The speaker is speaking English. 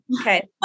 Okay